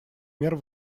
мер